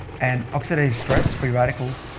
and oxidative stress, free radicals,